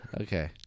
Okay